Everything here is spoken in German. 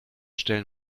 stellen